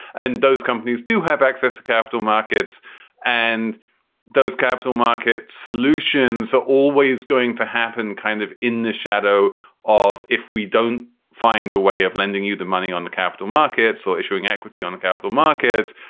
and those companies do have access to capital markets and those capital market solutions are always going to happen kind of in the shadow of if we don't find a way of lending you the money on the capital markets or issuing equity on capital markets,